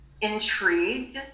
intrigued